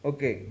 Okay